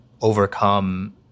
overcome